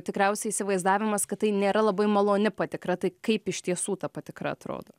tikriausiai įsivaizdavimas kad tai nėra labai maloni patikra tai kaip iš tiesų ta patikra atrodo